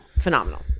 Phenomenal